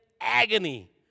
agony